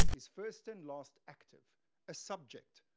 is first and last active a subject,